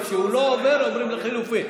וכשהוא לא עובר אומרים לחלופין,